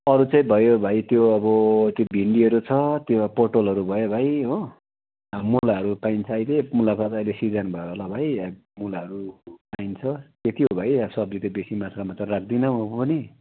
अरू त्यही भयो भाइ त्यो अब त्यो भिन्डीहरू छ त्यो पोटलहरू भयो भाइ हो अब मुलाहरू पाइन्छ अहिले मुलाको त अहिले सिजन भएर होला भाइ मुलाहरू पाइन्छ त्यति हो भाइ अब सब्जी त बेसी मात्रमा त राख्दिनँ म पनि